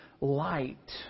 light